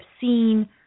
seen